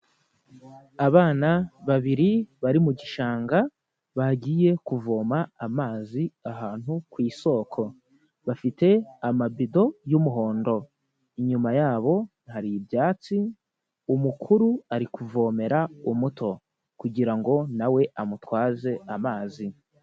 Abana babiri bari mu gishanga bagiye kuvoma amazi ahantu ku isoko, bafite amabido y'umuhondo, inyuma yabo hari ibyatsi, umukuru ari kuvomera umuto kugira ngo nawe amutwaze amazi.